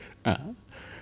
ah